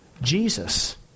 Jesus